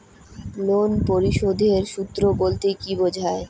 Loan পরিশোধের সূএ বলতে কি বোঝায়?